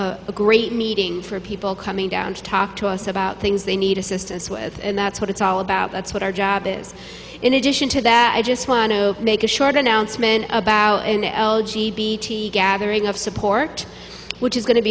a great meeting for people coming down to talk to us about things they need assistance with and that's what it's all about that's what our job is in addition to that i just want to make a short announcement about gathering of support which is going to